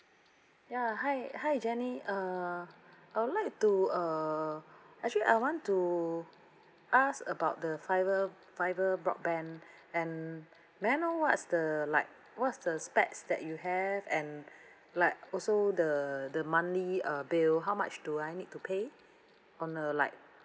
ya hi hi jenny uh I would like to uh actually I want to ask about the fiber fiber broadband and may I know what's the like what's the specs that you have and like also the the monthly uh bill how much do I need to pay on a like